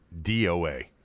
DOA